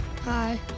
Hi